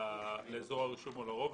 לאזור הרישום או לרובע.